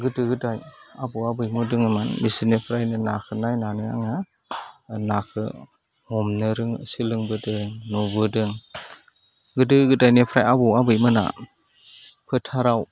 गोदो गोदाय आबौ आबैमोन दङमोन बिसोरनिफ्रायनो नाखौ नायनानै आङो नाखौ हमनो रों सोलोंबोदों नुबोदों गोदो गोदायनिफ्राय आबौ आबैमोना फोथाराव